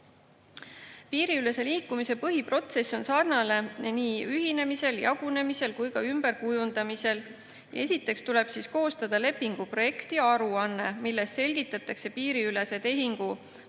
Piiriülese liikumise põhiprotsess on sarnane nii ühinemisel, jagunemisel kui ka ümberkujundamisel. Esiteks tuleb koostada lepingu projekt ja aruanne, milles selgitatakse piiriülese tehingu